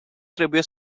trebuie